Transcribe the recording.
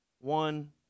one